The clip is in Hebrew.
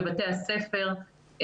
בבתי הספר.